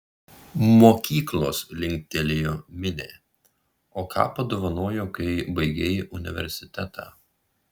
mokyklos linktelėjo minė o ką padovanojo kai baigei universitetą